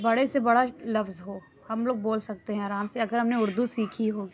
بڑے سے بڑا لفظ ہو ہم لوگ بول سکتے ہیں آرام سے اگر ہم نے اُردو سیکھی ہو